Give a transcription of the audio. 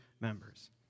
members